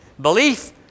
belief